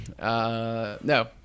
no